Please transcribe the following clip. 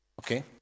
okay